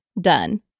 done